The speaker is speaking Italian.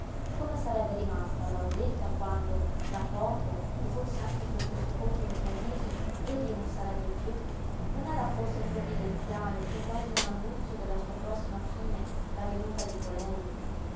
come sarebbe rimasta lauretta quando tra poco e forse anche per questo colpo improvviso egli non sarebbe piú non era forse provvidenziale e quasi un annunzio della sua prossima fine la venuta di colei